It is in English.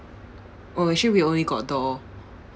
oh actually we only got a door